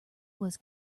was